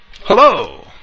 hello